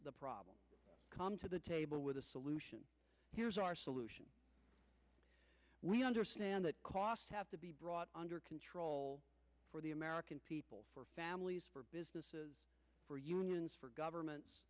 the problem come to the table with a solution here's our solution we understand that costs have to be brought under control for the american people for families for businesses for unions for government